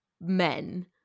men